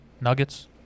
Nuggets